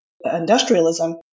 industrialism